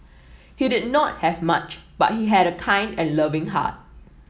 he did not have much but he had a kind and loving heart